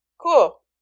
Cool